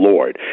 Lord